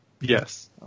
Yes